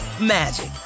magic